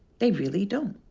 they really don't.